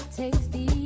tasty